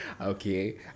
Okay